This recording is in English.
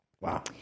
Wow